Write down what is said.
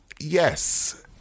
Yes